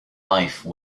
life